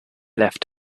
left